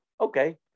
Okay